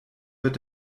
wird